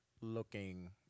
looking